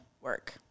work